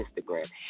Instagram